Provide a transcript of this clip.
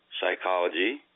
psychology